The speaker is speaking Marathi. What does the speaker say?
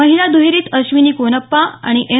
महिला दुहेरीत अश्विनी कोनप्पा आणि एन